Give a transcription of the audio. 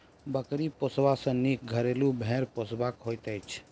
बकरी पोसबा सॅ नीक घरेलू भेंड़ पोसब होइत छै